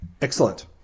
Excellent